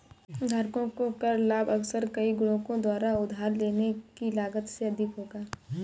धारकों को कर लाभ अक्सर कई गुणकों द्वारा उधार लेने की लागत से अधिक होगा